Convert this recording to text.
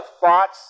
thoughts